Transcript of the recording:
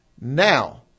Now